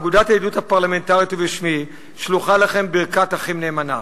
בשם אגודת הידידות הפרלמנטרית ובשמי שלוחה לכם ברכת אחים נאמנה.